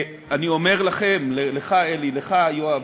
אני אומר לכם, לך אלי ולך יואב,